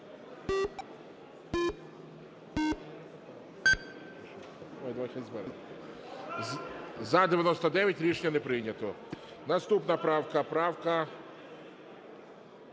За-99 Рішення не прийнято. Наступна правка